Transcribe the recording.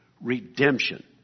Redemption